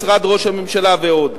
משרד ראש הממשלה ועוד.